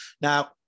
Now